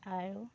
আৰু